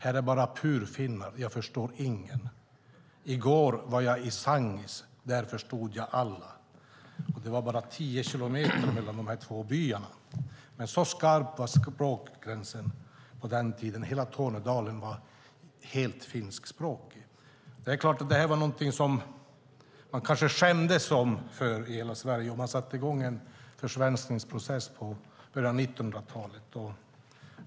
Här är bara purfinnar. Jag förstår ingen. I går var jag i Sangis. Där förstod jag alla. Det var bara 10 kilometer mellan de här två byarna. Men så skarp var språkgränsen på den tiden. Hela Tornedalen var helt finskspråkig. Det här var kanske någonting som man skämdes för i hela Sverige. Och man satte i gång en försvenskningsprocess i början av 1900-talet.